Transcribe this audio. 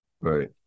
right